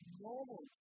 normal